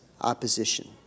opposition